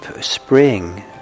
spring